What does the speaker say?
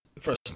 first